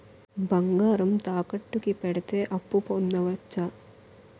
బంగారం తాకట్టు కి పెడితే అప్పు పొందవచ్చ?